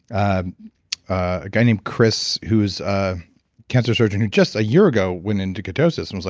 ah a guy named chris, who's a cancer sort of who just a year ago went into ketosis and was